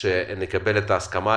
שנקבל את ההסכמה,